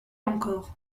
encore